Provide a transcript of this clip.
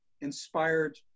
inspired